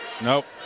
Nope